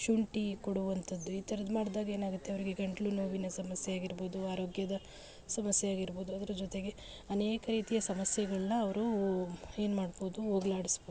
ಶುಂಠಿ ಕೊಡುವಂಥದ್ದು ಈ ತರದ್ದು ಮಾಡಿದಾಗ ಏನಾಗುತ್ತೆ ಅವರಿಗೆ ಗಂಟಲು ನೋವಿನ ಸಮಸ್ಯೆಯಾಗಿ ಇರ್ಬೋದು ಆರೋಗ್ಯದ ಸಮಸ್ಯೆ ಆಗಿರ್ಬೋದು ಅದರ ಜೊತೆಗೆ ಅನೇಕ ರೀತಿಯ ಸಮಸ್ಯೆಗಳನ್ನ ಅವರು ಏನು ಮಾಡ್ಬೋದು ಹೋಗ್ಲಾಡಿಸ್ಬೋದು